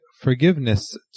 forgiveness